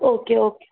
okay okay